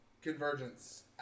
Convergence